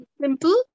simple